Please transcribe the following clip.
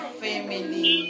family